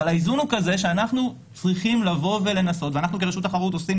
אבל האיזון הוא כזה שאנחנו צריכים לנסות וכרשות החברות אנחנו עושים